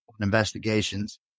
investigations